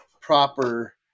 proper